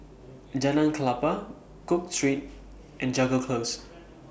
Jalan Klapa Cook Street and Jago Close